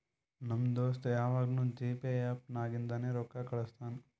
ನಮ್ ದೋಸ್ತ ಯವಾಗ್ನೂ ಜಿಪೇ ಆ್ಯಪ್ ನಾಗಿಂದೆ ರೊಕ್ಕಾ ಕಳುಸ್ತಾನ್